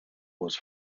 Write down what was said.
was